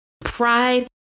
Pride